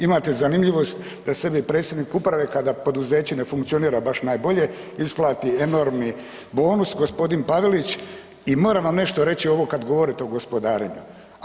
Imate zanimljivost da sebi predsjednik uprave kada poduzeće ne funkcionira baš najbolje isplati enormni bonus gospodin Pavelić i moram vam nešto reći ovo kad govorite o gospodarenju.